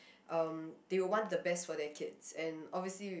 um they will want the best for their kids and obviously